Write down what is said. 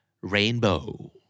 Rainbow